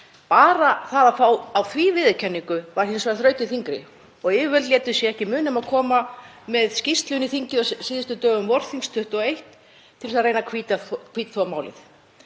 Bara það að fá á því viðurkenningu var hins vegar þrautin þyngri og yfirvöld létu sig ekki muna um að koma með skýrslu inn í þingið á síðustu dögum vorþings 2021 til að reyna að hvítþvo málið.